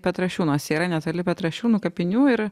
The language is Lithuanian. petrašiūnuose yra netoli petrašiūnų kapinių ir